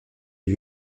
lui